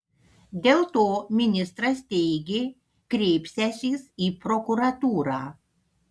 dėl to ministras teigė kreipsiąsis į prokuratūrą